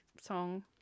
song